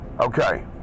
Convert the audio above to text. Okay